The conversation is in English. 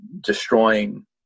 destroying